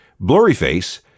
Blurryface